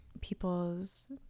people's